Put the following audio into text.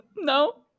No